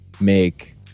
make